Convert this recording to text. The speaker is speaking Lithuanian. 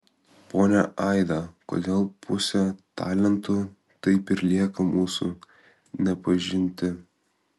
ponia aida kodėl pusė talentų taip ir lieka mūsų nepažinti